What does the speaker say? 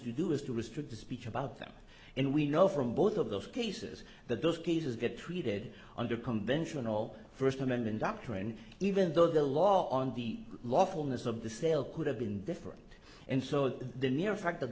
to do is to restrict the speech about them and we know from both of those cases that those cases get treated under conventional first amendment doctrine even though the law on the lawfulness of the sale could have been different and so the mere fact the